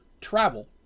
travel